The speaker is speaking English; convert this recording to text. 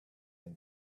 when